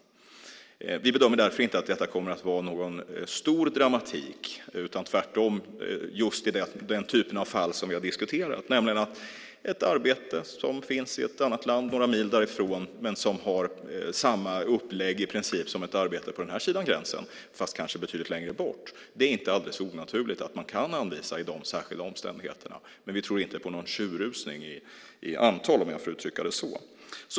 Vi bedömer därför att detta inte kommer att vara någon stor dramatik, tvärtom just i den typ av fall som vi har diskuterat. När det gäller ett arbete som finns i ett annat land några mil bort men som har samma upplägg i princip som ett arbete på den här sidan gränsen är det inte alldeles onaturligt att man kan anvisa det i de särskilda omständigheterna. Men vi tror inte på någon tjurrusning i antal, om jag får uttrycka det så.